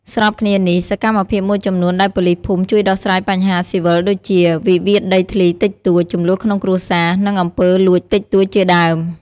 ស្របគ្នានេះ សកម្មភាពមួយចំនួនដែលប៉ូលីសភូមិជួយដោះស្រាយបញ្ហាស៊ីវិលដូចជា វិវាទដីធ្លីតិចតួច ជម្លោះក្នុងគ្រួសារ និងអំពើលួចតិចតួច ជាដើម។